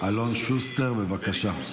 אלון שוסטר, בבקשה.